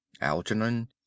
Algernon